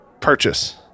purchase